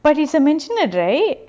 but it's masionette right